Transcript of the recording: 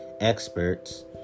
experts